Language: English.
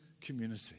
community